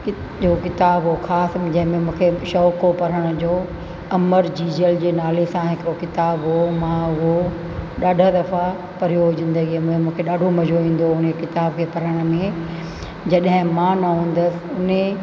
जो किताब हो खाफ में जंहिंमें मूंखे शौक़ु हो पढ़ण जो अमर जीजस जे नाले सां हिकिड़ो किताब हो मां उहो ॾाढा दफ़ा पढ़ियो ज़िंदगीअ में मूंखे ॾाढो मज़ो ईंदो हो उन्हीअ किताब खे पढ़ण में जॾहिं मां न हूंदसि उन्हीअ